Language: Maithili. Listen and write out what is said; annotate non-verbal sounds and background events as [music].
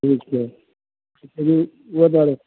ठीक छै [unintelligible]